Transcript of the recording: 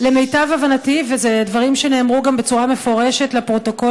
למיטב הבנתי ואלה דברים שגם נאמרו בצורה מפורשת לפרוטוקול